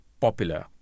popular